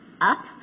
up